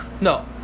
no